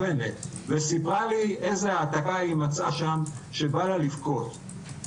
וסיפרה לי איזה העתקה היא מצאה שם שבא לה לבכות.